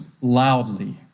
loudly